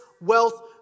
wealth